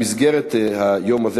במסגרת היום הזה,